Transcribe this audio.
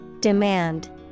Demand